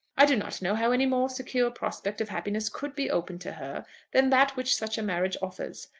i do not know how any more secure prospect of happiness could be opened to her than that which such a marriage offers.